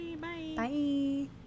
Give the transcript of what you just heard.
Bye